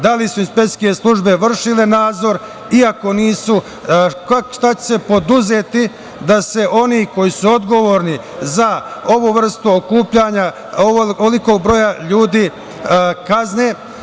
Da li su inspekcijske službe vršile nadzor i, ako nisu, šta će se preduzeti da se oni koji su odgovorni za ovu vrstu okupljanja ovolikog broja ljudi kazne?